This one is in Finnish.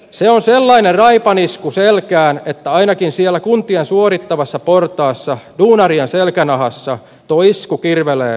se on sellainen raipanisku selkään että ainakin siellä kuntien suorittavassa portaassa duunarien selkänahassa tuo isku kirvelee vielä pitkään